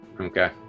Okay